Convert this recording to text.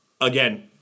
again